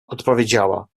odpowiedziała